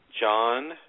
John